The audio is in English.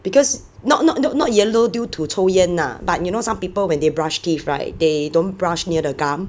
because not not not yellow due to 抽烟 ah but you know some people when they brush teeth [right] they don't brush near the gum